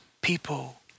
people